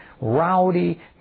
rowdy